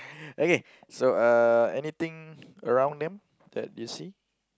okay so uh anything around them that you see